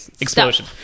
Explosion